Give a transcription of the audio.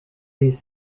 these